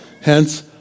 hence